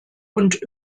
und